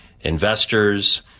investors